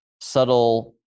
subtle